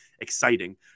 exciting